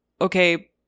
okay